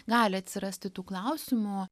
gali atsirasti tų klausimų